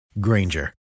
Granger